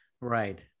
Right